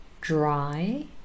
dry